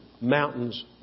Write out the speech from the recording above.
mountains